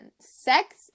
Sex